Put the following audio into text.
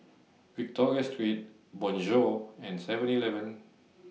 Victoria Secret Bonjour and Seven Eleven